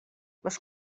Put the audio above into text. les